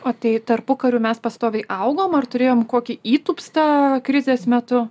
o tai tarpukariu mes pastoviai augom ar turėjom kokį įtūpstą krizės metu